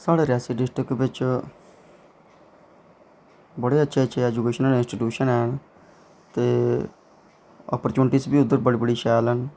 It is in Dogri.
साढ़े रियासी डिस्टिक बिच्च बड़े अच्छे अच्छे इंस्टिटयूशन ऐं ते अप्परचुनटीस बी उद्धर बड़ी बड़ी शैल न